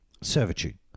servitude